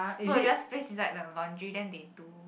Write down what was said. so I just place inside the laundry then they do